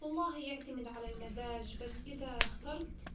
والله يعتمد على المزاج بس إذا اخترت